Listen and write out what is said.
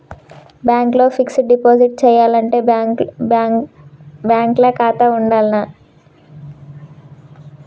Bank ల fixed deposit చేయాలంటే bank ల ఖాతా ఉండాల్నా?